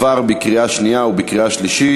כן, 32 בעד, ללא מתנגדים, ללא נמנעים.